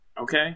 Okay